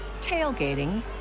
tailgating